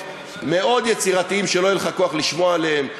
מאוד יצירתיים שלא יהיה לך כוח לשמוע עליהם,